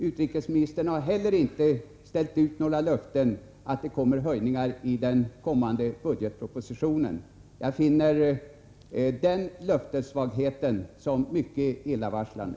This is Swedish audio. Utrikesministern har heller inte ställt ut några löften att det kommer en höjning i den kommande budgetpropositionen. Jag finner den löftessvagheten mycket illavarslande.